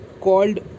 called